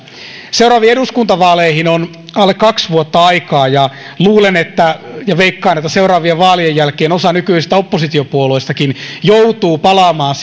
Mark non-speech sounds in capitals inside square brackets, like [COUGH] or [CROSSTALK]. seuraaviin eduskuntavaaleihin on alle kaksi vuotta aikaa ja luulen ja veikkaan että seuraavien vaalien jälkeen osa nykyisistä oppositiopuolueistakin joutuu palaamaan [UNINTELLIGIBLE]